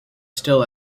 still